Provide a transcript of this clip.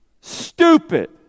stupid